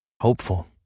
hopeful